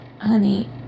Honey